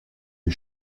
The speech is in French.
les